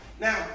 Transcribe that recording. Now